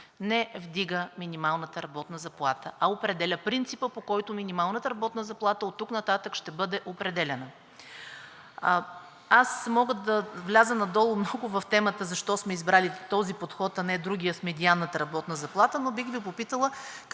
не вдига минималната работна заплата, а определя принципа, по който минималната работна заплата оттук нататък ще бъде определяна. Аз мога да вляза много надолу в темата защо сме избрали този подход, а не другия с медианата работна заплата, но бих Ви попитала